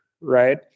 Right